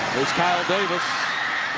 here's kyle davis.